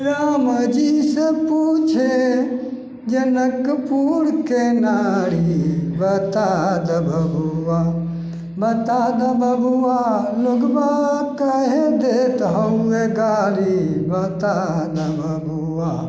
रामजीसे पूछे जनकपुरके नारी बता दे बबुआ बता दऽ बबुआ लोगबा काहे देत हमे गाली बता दऽ बबुआ